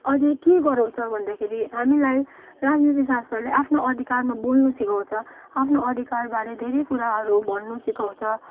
अझै के गराउँछ भन्दाखेरि हामीलाई राजनीति शास्त्रले आफ्नो अधिकारमा बोल्नु सिकाउँछ आफ्नो अधिकारबारे धेरै कुराहरू भन्नु सिकाउँछ